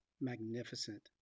magnificent